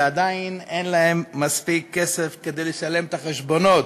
ועדיין אין להם מספיק כסף כדי לשלם את החשבונות,